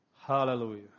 Hallelujah